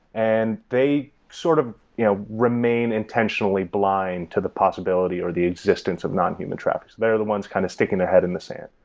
and they sort of you know remain intentionally blind to the possibility of the existence of non-human traffics. they are the ones kind of sticking their head in the sand.